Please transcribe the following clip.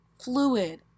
fluid